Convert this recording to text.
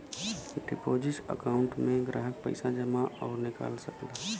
deposit account में ग्राहक पइसा जमा आउर निकाल सकला